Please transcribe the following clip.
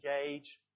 engage